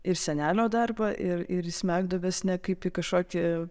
ir senelio darbą ir ir į smegduobes ne kaip į kažkokį